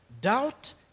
Doubt